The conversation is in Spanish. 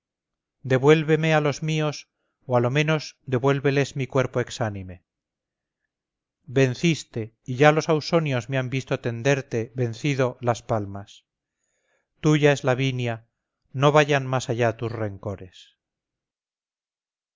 devuélveme a los míos o a lo menos devuélveles mi cuerpo exánime venciste y ya los ausonios me han visto tenderte vencido las palmas tuya es lavinia no vayan más allá tus rencores